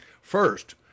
First